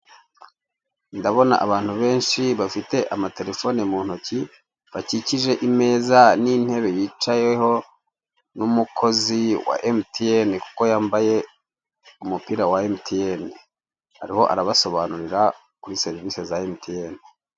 Ndabona abantu benshi bafite amaterefone muntoki, bakikije imeza n'intebe yicayeho n'umukozi wa emutiyene kuko yambaye umupira wa emutiyene, ariho arasobanurira kuri serivise za emutiyene.